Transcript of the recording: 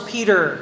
Peter